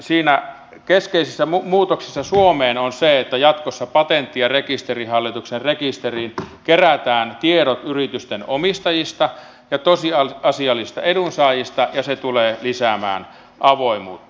siinä keskeisiä suomeen tulevia muutoksia on se että jatkossa patentti ja rekisterihallituksen rekisteriin kerätään tiedot yritysten omistajista ja tosiasiallisista edunsaajista ja se tulee lisäämään avoimuutta